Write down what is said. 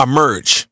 Emerge